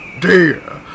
Dear